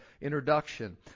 introduction